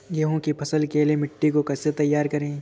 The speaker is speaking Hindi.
गेहूँ की फसल के लिए मिट्टी को कैसे तैयार करें?